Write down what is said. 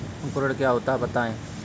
अंकुरण क्या होता है बताएँ?